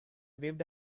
waved